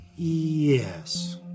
yes